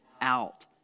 out